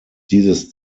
dieses